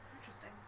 Interesting